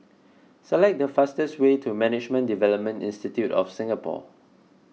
select the fastest way to Management Development Institute of Singapore